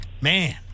Man